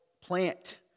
plant